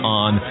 on